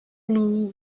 blue